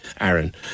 Aaron